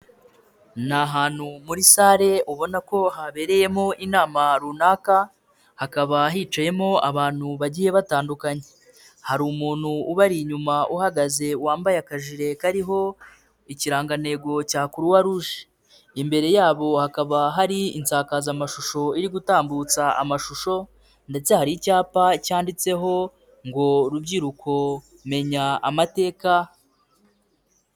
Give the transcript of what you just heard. Ni ahantu muri salle ubona ko habereyemo inama runaka, hakaba hicayemo abantu bagiye batandukanye. Hari umuntu ubari inyuma uhagaze wambaye akajirire kariho ikirangantego cya croix rugé, imbere yabo hakaba hari insakazamashusho iri gutambutsa amashusho ndacyari icyapa cyanditseho ngo rubyiruko menya amateka.